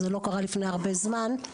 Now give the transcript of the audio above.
זה לא קרה לפני הרבה זמן,